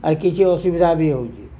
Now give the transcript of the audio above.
ଆର୍ କିଛି ଅସୁବିଧା ବି ହେଉଛି